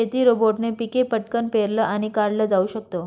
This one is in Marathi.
शेती रोबोटने पिक पटकन पेरलं आणि काढल जाऊ शकत